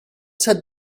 said